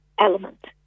element